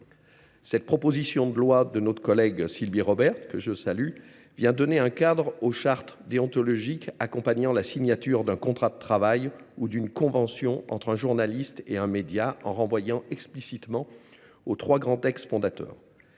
Cette proposition de loi de notre collègue Sylvie Robert vient donner un cadre aux chartes déontologiques accompagnant la signature d’un contrat de travail ou d’une convention entre un journaliste et un média, en renvoyant explicitement aux trois grands textes fondateurs.